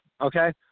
Okay